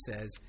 says